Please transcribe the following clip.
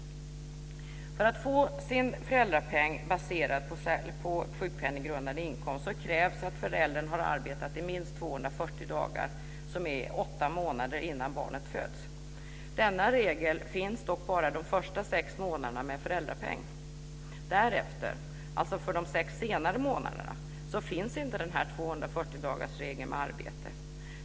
För att få sin föräldrapenning baserad på sjukpenninggrundande inkomst krävs att föräldern har arbetat i minst 240 dagar, som är åtta månader, innan barnet föds. Denna regel finns dock bara för de första sex månaderna med föräldrapenning. Därefter, alltså för de sex senare månaderna, finns inte den här 240 dagarsregeln om arbete.